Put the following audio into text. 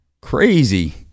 Crazy